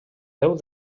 déu